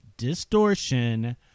distortion